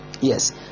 yes